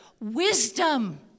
wisdom